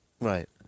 right